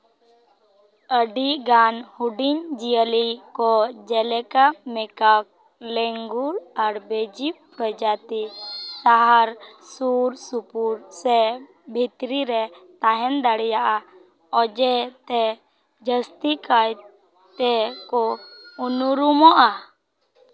ᱟᱹᱰᱤ ᱜᱟᱱ ᱦᱩᱰᱤᱧ ᱡᱤᱭᱟᱹᱞᱤ ᱠᱚ ᱡᱮᱞᱮᱠᱟ ᱢᱮᱠᱟ ᱞᱮᱝᱜᱩ ᱟᱨ ᱵᱮᱡᱤ ᱯᱨᱚᱡᱟᱛᱤ ᱟᱨ ᱥᱩᱨᱼᱥᱩᱯᱩᱨ ᱥᱮ ᱵᱷᱤᱛᱨᱤ ᱨᱮ ᱛᱟᱦᱮᱸ ᱫᱟᱲᱮᱭᱟᱜᱼᱟ ᱚᱡᱮᱛᱮ ᱡᱟᱹᱥᱛᱤ ᱠᱟᱭᱛᱮ ᱠᱚ ᱩᱱᱩᱨᱩᱢᱩᱜᱼᱟ